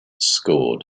scored